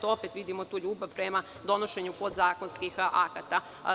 Opet vidimo tu ljubav prema donošenju podzakonskih akata.